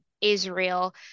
israel